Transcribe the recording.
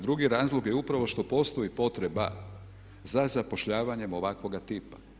Drugi razlog je upravo što postoji potreba za zapošljavanjem ovakvoga tipa.